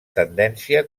tendència